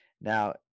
Now